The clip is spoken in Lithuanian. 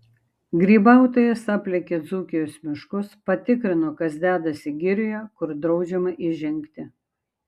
grybautojas aplėkė dzūkijos miškus patikrino kas dedasi girioje kur draudžiama įžengti